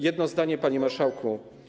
Jedno zdanie, panie marszałku.